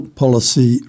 policy